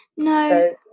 no